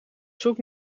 zoek